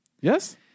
Yes